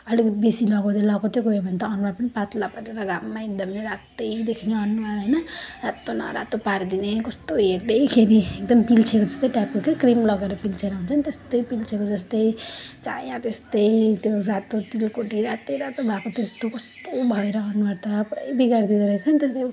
अलिक बेसी लगाउँदै लगाउँदै गयो भने त अनुहार पनि पातला परेर घाममा हिँड्दा पनि रातै देखिने अनुहार होइन रातो न रातो पारिदिने कस्तो हेर्दैखेरि एकदमै पिल्सिएको जस्तै टाइपको क्या क्रिम लगाएर पिल्सिएको हुन्छ नि त्यस्तै पिल्सिएको जस्तै चाया त्यस्तै त्यो रातो तिलको कोठी रातै रातो भएको त्यस्तो कस्तो भएर अनुहार त पुरै बिगारिदिँदो रहेछ नि त्यसले त